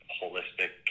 holistic